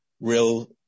real